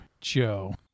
Joe